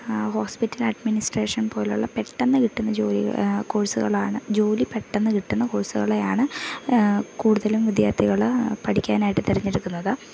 hospital administration പോലെയുള്ള പെട്ടെന്ന് കിട്ടുന്ന ജോലികൾ കോഴ്സുകളാണ് ജോലി പെട്ടെന്ന് കിട്ടുന്ന കോഴ്സുകളെയാണ് കൂടുതലും വിദ്യാർഥികൾ പഠിക്കാനായിട്ട് തെരഞ്ഞെടുക്കുന്നത്